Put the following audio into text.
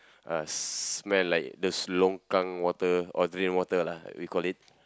uh smell like those longkang water or drain water lah we call it